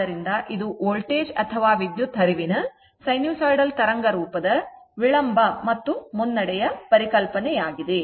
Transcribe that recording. ಆದ್ದರಿಂದ ಇದು ವೋಲ್ಟೇಜ್ ಅಥವಾ ವಿದ್ಯುತ್ ಹರಿವಿನ ಸೈನುಸಾಯಿಡಲ್ ತರಂಗ ರೂಪದ ವಿಳಂಬ ಮತ್ತು ಮುನ್ನಡೆಯ ಪರಿಕಲ್ಪನೆಯಾಗಿದೆ